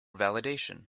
validation